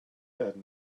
that